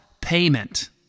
payment